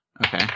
Okay